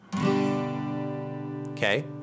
okay